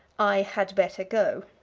i had better go.